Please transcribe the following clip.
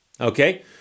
Okay